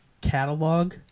catalog